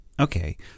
Okay